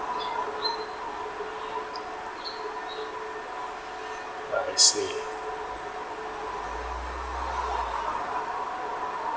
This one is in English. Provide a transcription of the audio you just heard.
I see